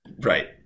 Right